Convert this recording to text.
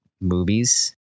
movies